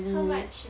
how much